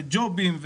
וג'ובים,